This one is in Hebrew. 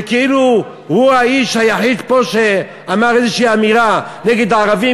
שכאילו הוא האיש היחיד פה שאמר איזושהי אמירה נגד הערבים,